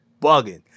bugging